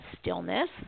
stillness